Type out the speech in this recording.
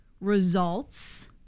results